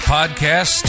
Podcast